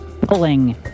pulling